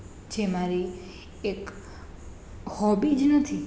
જે મારી એક હોબી જ નથી